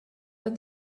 but